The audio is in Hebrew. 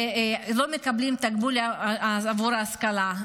ולא מקבלים תגמול עבור ההשכלה.